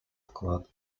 вклад